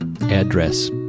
address